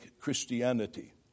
Christianity